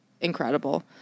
incredible